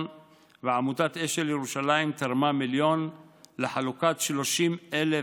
ועמותת אשל ירושלים תרמה מיליון לחלוקת 30,000